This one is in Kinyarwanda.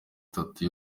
itatu